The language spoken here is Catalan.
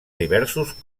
diversos